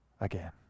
again